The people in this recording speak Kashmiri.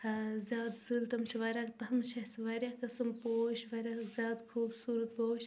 ٲں زیادٕ سُلہِ تِم چھِ واریاہ تتھ منٛز چھِ اسہِ واریاہ قٕسم پوٗش واریاہ زیادٕ خوبصورت پوٗش